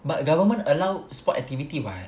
but government allow sport activity [what]